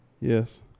Yes